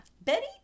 Betty